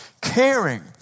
caring